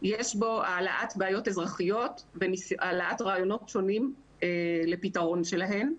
יש בו העלאת בעיות אזרחיות והעלאת רעיונות שונים לפתרון שלהן.